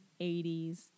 80s